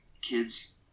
kids